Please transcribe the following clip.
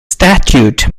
statute